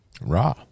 Raw